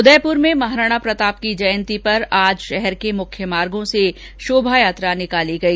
उदयपुर में महाराणा प्रताप की जयंती पर आज मुख्य मार्गो से शोभायात्रा निकाली गई